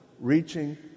reaching